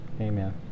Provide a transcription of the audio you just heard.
Amen